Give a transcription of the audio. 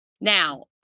Now